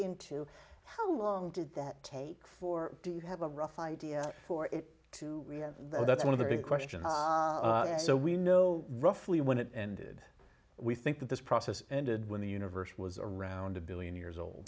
into how long did that take for do you have a rough idea for it to that's one of the big questions so we know roughly when it ended we think that this process ended when the universe was around a billion years old